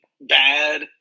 bad